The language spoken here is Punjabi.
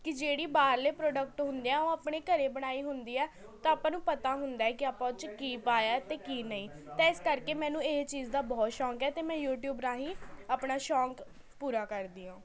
ਕਿ ਜਿਹੜੀ ਬਾਹਰਲੇ ਪਰੋਡਕਟ ਹੁੰਦੇ ਹੈ ਓਹ ਆਪਣੇ ਘਰ ਬਣਾਏ ਹੁੰਦੀ ਹੈ ਤਾਂ ਆਪਾਂ ਨੂੰ ਪਤਾ ਹੁੰਦਾ ਹੈ ਕਿ ਆਪਾਂ ਓਹ 'ਚ ਕਿ ਪਾਇਐ ਅਤੇ ਕੀ ਨਹੀਂ ਤਾਂ ਇਸ ਕਰਕੇ ਮੈਨੂੰ ਇਹ ਚੀਜ਼ ਦਾ ਬਹੁਤ ਸ਼ੌਂਕ ਹੈ ਅਤੇ ਮੈਂ ਯੂਟਿਊਬ ਰਾਹੀਂ ਆਪਣਾ ਸ਼ੌਂਕ ਪੂਰਾ ਕਰਦੀ ਹਾਂ